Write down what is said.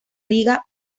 liga